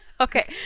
Okay